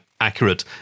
accurate